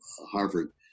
Harvard